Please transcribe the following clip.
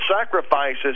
sacrifices